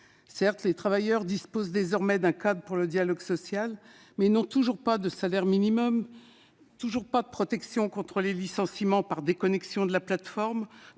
Certes, les travailleurs disposent désormais d'un cadre régissant le dialogue social. Pour autant, ils n'ont toujours pas de salaire minimum, toujours pas de protection contre les licenciements par déconnexion de la plateforme,